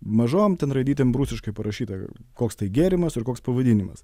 mažom ten raidytėm rusiškai parašyta koks tai gėrimas ir koks pavadinimas